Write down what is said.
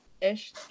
ish